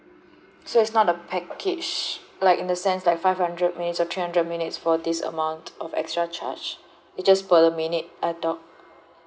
so it's not a package like in the sense like five hundred meaning the three hundred minutes for this amount of extra charge it just per minute uh talk